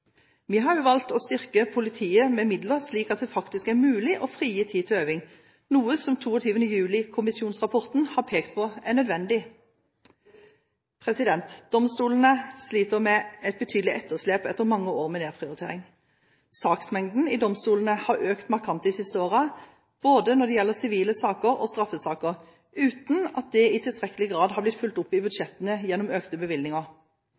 Vi har også valgt å styrke politiet med midler slik at det faktisk er mulig å frigi tid til øving, noe som rapporten fra 22. juli-kommisjonen har pekt på er nødvendig. Domstolene sliter med et betydelig etterslep etter mange år med nedprioritering. Saksmengden i domstolene har økt markant de siste årene både når det gjelder sivile saker og straffesaker, uten at det i tilstrekkelig grad har blitt fulgt opp i budsjettene gjennom økte bevilgninger.